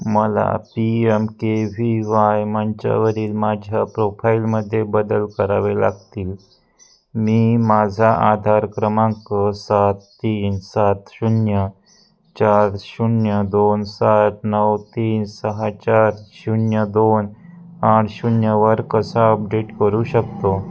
मला P M K V Y मंचावरील माझ्या प्रोफाईलमध्ये बदल करावे लागतील मी माझा आधार क्रमांक सात तीन सात शून्य चार शून्य दोन सात नऊ तीन सहा चार शून्य दोन आठ शून्यवर कसा अपडेट करू शकतो